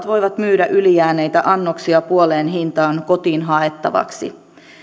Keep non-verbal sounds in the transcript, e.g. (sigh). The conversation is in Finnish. (unintelligible) voivat myydä ylijääneitä annoksia puoleen hintaan kotiin haettavaksi